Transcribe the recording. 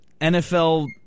NFL